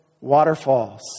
waterfalls